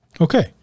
Okay